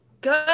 Good